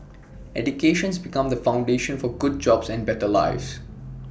educations become the foundation for good jobs and better lives